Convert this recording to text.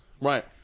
Right